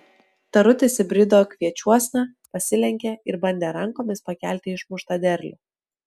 tarutis įbrido kviečiuosna pasilenkė ir bandė rankomis pakelti išmuštą derlių